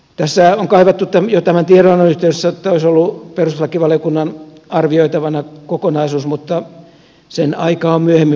tässä on kaivattu jo tämän tiedonannon yhteydessä että olisi ollut perustuslakivaliokunnan arvioitavana kokonaisuus mutta sen aika on myöhemmin